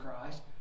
Christ